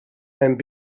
and